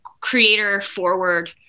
creator-forward